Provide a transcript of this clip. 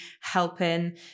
helping